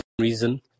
reason